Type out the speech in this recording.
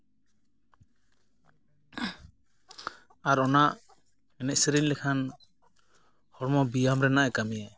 ᱟᱨ ᱚᱱᱟ ᱮᱱᱮᱡ ᱥᱮᱨᱮᱧ ᱞᱮᱠᱷᱟᱱ ᱦᱚᱲᱢᱚ ᱵᱮᱭᱟᱢ ᱨᱮᱱᱟᱜᱼᱮ ᱠᱟᱹᱢᱤᱭᱟ